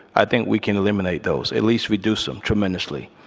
i think we can eliminate those, at least reduce them tremendously.